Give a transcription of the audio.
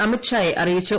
അമിത് ഷായെ അറിയിച്ചു